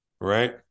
Right